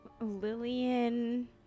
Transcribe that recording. Lillian